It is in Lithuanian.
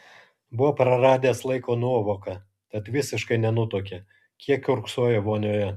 buvo praradęs laiko nuovoką tad visiškai nenutuokė kiek kiurksojo vonioje